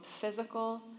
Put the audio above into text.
physical